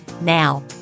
Now